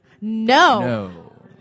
No